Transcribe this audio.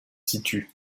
situ